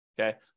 okay